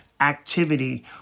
activity